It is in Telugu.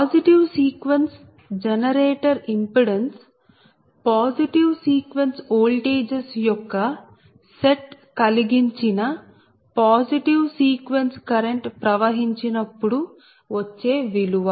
positive sequence generator impedance positive sequence voltages యొక్క సెట్ కలిగించిన పాజిటివ్ సీక్వెన్స్ కరెంట్ ప్రవహించినప్పుడు వచ్చే విలువ